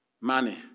Money